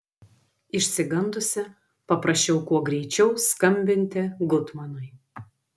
išsigandusi paprašiau kuo greičiau skambinti gutmanui